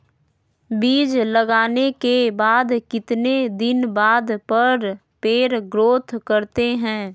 बीज लगाने के बाद कितने दिन बाद पर पेड़ ग्रोथ करते हैं?